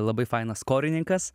labai fainas korininkas